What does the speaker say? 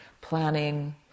planning